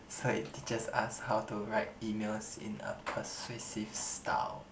so it it just ask how to write emails in a persuasive style